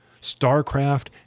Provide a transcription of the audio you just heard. Starcraft